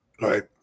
right